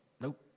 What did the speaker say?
Nope